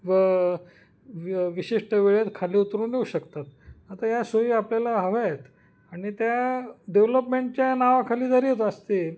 व व विशिष्ट वेळेत खाली उतरून येऊ शकतात आता या सोयी आपल्याला हव्या आहेत आणि त्या डेव्हलपमेंटच्या नावाखाली जरी असतील